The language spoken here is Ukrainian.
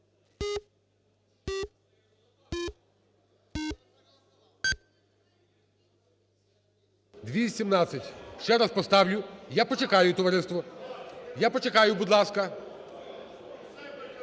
За-217 Ще раз поставлю. Я почекаю, товариство. Я почекаю, будь ласка…